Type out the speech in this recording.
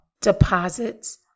deposits